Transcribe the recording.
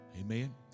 Amen